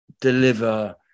deliver